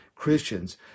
Christians